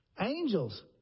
Angels